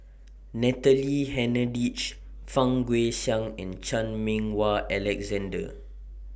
Natalie Hennedige Fang Guixiang and Chan Meng Wah Alexander